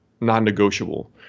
non-negotiable